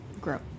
grow